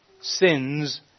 sins